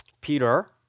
Peter